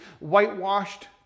whitewashed